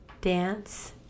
dance